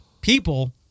people